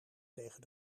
tegen